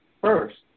first